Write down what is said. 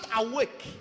awake